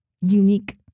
unique